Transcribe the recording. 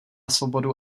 svobodu